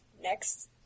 next